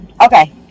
Okay